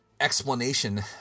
explanation